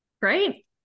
Great